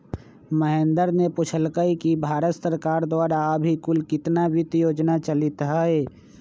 महेंद्र ने पूछल कई कि भारत सरकार द्वारा अभी कुल कितना वित्त योजना चलीत हई?